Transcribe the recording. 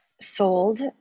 sold